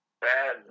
bad